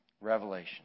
revelation